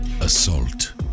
assault